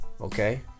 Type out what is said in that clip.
okay